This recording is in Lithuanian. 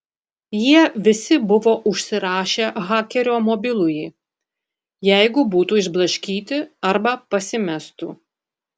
jie visi buvo užsirašę hakerio mobilųjį jeigu būtų išblaškyti arba pasimestų